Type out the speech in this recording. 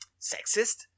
sexist